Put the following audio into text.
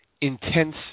intense